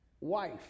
wife